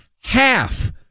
half